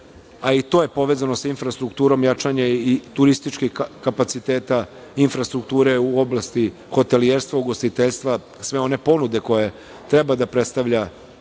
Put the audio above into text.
ali i to je povezano sa infrastrukturom jačanja i turističkih kapaciteta infrastrukture u oblasti hotelijerstva, ugostiteljstva, sve one ponude koje treba da predstavljaju